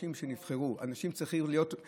אנשים שנבחרו, אנשים צריכים להיות עם